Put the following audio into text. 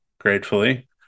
gratefully